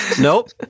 Nope